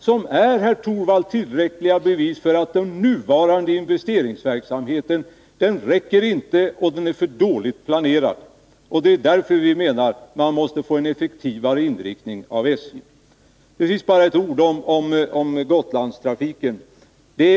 Det är, herr Torwald, tillräckliga bevis för att den nuvarande investeringsverksamheten inte räcker till och att den är för dåligt planerad. Det är därför vi menar att SJ måste få en effektivare inriktning. Till sist bara ett par ord om Gotlandstrafiken.